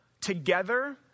together